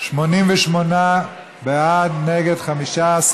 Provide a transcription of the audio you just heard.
88 בעד, נגד, 15,